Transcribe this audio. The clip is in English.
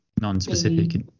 Non-specific